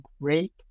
great